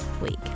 week